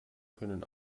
können